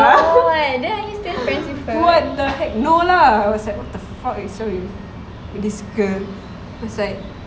what the no lah I was like what the fuck is wrong with this girl was like